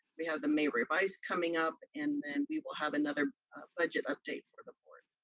we have the may revise coming up, and then we will have another budget update for the board.